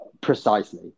Precisely